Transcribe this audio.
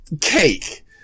cake